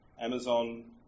Amazon